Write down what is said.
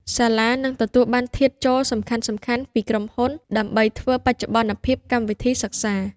សាលានឹងទទួលបានធាតុចូលសំខាន់ៗពីក្រុមហ៊ុនដើម្បីធ្វើបច្ចុប្បន្នភាពកម្មវិធីសិក្សា។